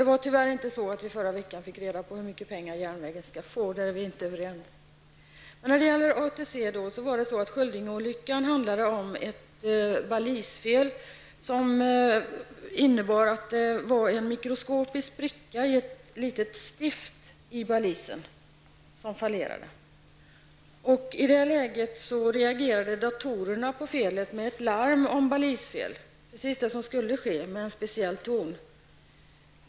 Det var tyvärr inte så att vi förra veckan fick reda på hur mycket pengar järnvägen skall få. Där är vi inte överens. Sköldingeolyckan handlade om ett balisfel. Det var en mikroskopisk spricka i ett litet stift i balisen, som falerade. Datorerna reagerade på felet med ett larm om balisfel, precis det som skulle ske, alltså med en speciell ton.